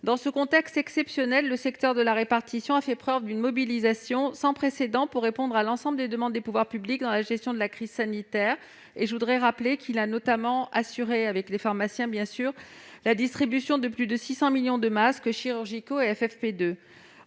Dans ce contexte exceptionnel, le secteur de la répartition a fait preuve d'une mobilisation sans précédent pour répondre à l'ensemble des demandes des pouvoirs publics dans la gestion de la crise sanitaire, en assurant notamment, avec les pharmaciens, la distribution de plus de 600 millions de masques chirurgicaux et FFP2.